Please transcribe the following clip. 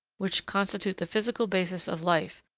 which constitute the physical basis of life,